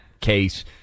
case